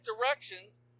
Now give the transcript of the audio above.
directions